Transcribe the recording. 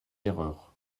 erreur